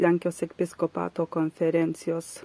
lenkijos ekpiskopato konferencijos